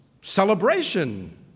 celebration